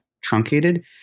truncated